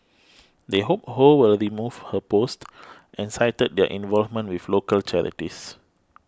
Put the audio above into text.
they hope Ho will remove her post and cited their involvement with local charities